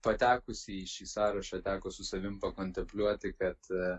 patekusi į šį sąrašą teko su savim pakontempliuoti kad